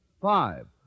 Five